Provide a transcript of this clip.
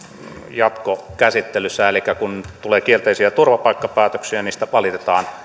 jatkokäsittelyssä elikkä kun tulee kielteisiä turvapaikkapäätöksiä niistä valitetaan